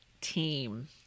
team